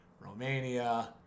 Romania